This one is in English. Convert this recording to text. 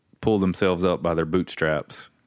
pull-themselves-up-by-their-bootstraps